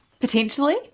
Potentially